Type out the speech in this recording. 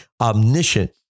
omniscient